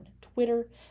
Twitter